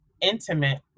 intimate